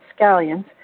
scallions